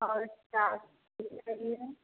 और चाट चाहिए